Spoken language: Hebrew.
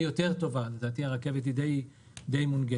לדעתי הרכבת היא די מונגשת.